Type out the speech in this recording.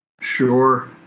Sure